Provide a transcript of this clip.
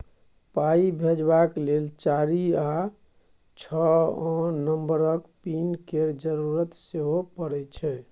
पाइ भेजबाक लेल चारि या छअ नंबरक पिन केर जरुरत सेहो परय छै